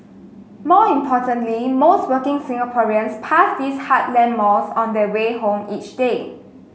more importantly most working Singaporeans pass these heartland malls on their way home each day